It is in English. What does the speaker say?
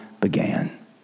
began